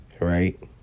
Right